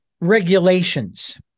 regulations